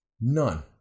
None